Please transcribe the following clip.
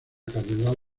catedral